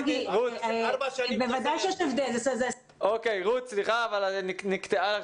בוודאי שאין הבדל --- רות סליחה אבל נקטעה לך